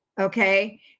Okay